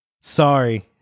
Sorry